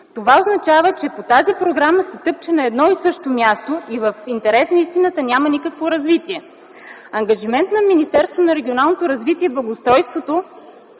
Това означава, че по тази програма се тъпче на едно и също място. В интерес на истината – няма никакво развитие. Ангажимент на Министерството на регионалното развитие и благоустройството